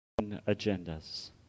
agendas